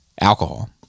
alcohol